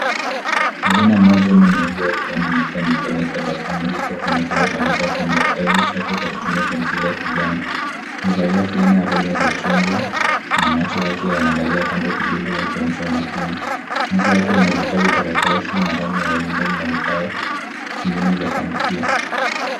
Kijana mmoja mwenye umri wa ujana amekaa mezani akitambasamu huku akionekana kwandika kwenye kitabu chake kwa tumia penseli ya kijani .Amevalia fulana ya rangi ya jachugwa na macho yake yanangalia kado kidogo yakionyesha umakini. Meza yake ina vitabu, karatasi na rangi mbali mbali na vifaa vingine vya kuandikia.